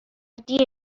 دیر